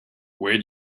where